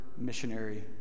missionary